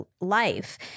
life